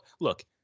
look